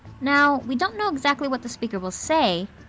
now we don't know exactly what the speaker will say,